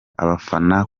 abafana